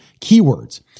keywords